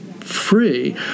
free